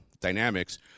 Dynamics